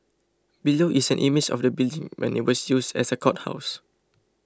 below is an image of the building when it was used as a courthouse